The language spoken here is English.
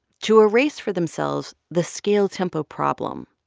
to erase for themselves the scale-tempo problem.